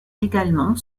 également